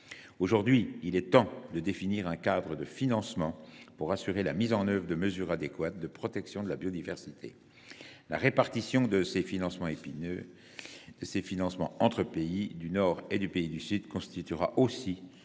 Aujourd’hui, il est temps de définir un cadre de financement pour assurer la mise en œuvre de mesures adéquates de protection de la biodiversité. La répartition de ces financements entre pays du Nord et pays du Sud constituera aussi une